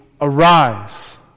arise